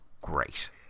great